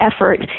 effort